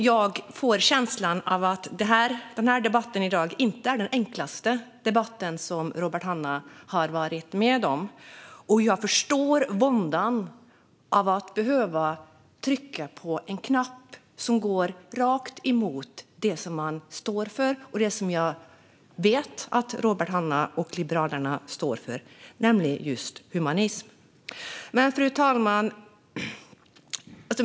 Jag får känslan att denna debatt inte är den enklaste som Robert Hannah har varit med om, och jag förstår våndan av att behöva trycka på en knapp som går rakt emot det som man står för och det jag vet att Robert Hannah och Liberalerna står för, nämligen humanism.